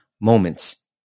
moments